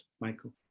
Michael